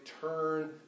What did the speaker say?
turn